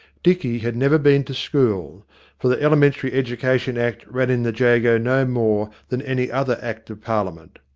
dicky had never been to school for the elementary education act ran in the jago no more than any other act of parliament.